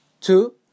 two